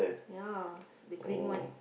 ya the green one